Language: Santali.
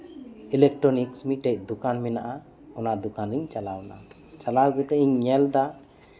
ᱤᱞᱮᱠᱴᱚᱨᱚᱱᱤᱠᱥ ᱢᱤᱫᱴᱮᱡ ᱫᱚᱠᱟᱱ ᱢᱮᱱᱟᱜᱼᱟ ᱚᱱᱟ ᱫᱚᱠᱟᱱ ᱤᱧ ᱪᱟᱞᱟᱣ ᱮᱱᱟ ᱪᱟᱞᱟᱣ ᱠᱟᱛᱮᱫ ᱤᱧ ᱧᱮᱞ ᱮᱫᱟ